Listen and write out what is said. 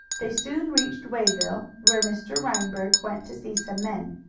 they soon reached wayville, where mr. reinberg went to see some men.